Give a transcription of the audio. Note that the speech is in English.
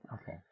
Okay